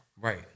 right